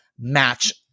match